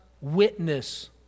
witness